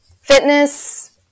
Fitness